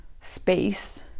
space